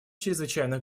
чрезвычайных